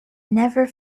never